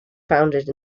founded